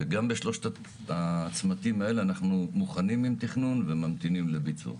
וגם בשלושת הצמתים האלה אנחנו מוכנים עם תכנון וממתינים לביצוע.